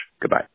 Goodbye